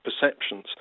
perceptions